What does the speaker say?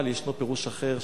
אבל ישנו פירוש אחר,